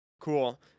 cool